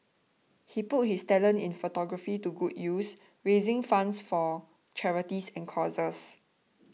he put his talent in photography to good use raising funds for charities and causes